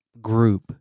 group